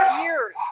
years